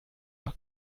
war